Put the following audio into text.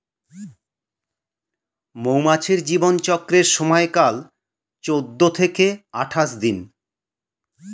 মৌমাছির জীবন চক্রের সময়কাল চৌদ্দ থেকে আঠাশ দিন